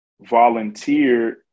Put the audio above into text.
volunteered